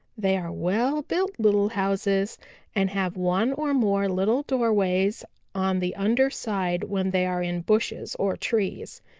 they are well-built little houses and have one or more little doorways on the under side when they are in bushes or trees.